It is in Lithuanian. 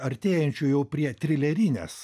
artėjančių jau prie trilerinės